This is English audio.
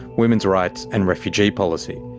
women's rights and refugee policy.